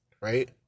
right